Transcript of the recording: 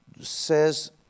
says